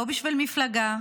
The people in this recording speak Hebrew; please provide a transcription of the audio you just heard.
לא בשביל מפלגה,